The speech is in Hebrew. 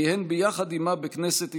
כיהן ביחד עימה בכנסת ישראל,